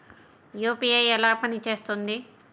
UPI ఎలా పనిచేస్తుంది?